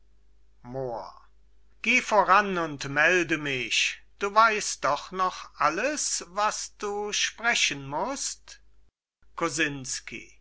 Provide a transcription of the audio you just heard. geh voran und melde mich du weist doch noch alles was du sprechen must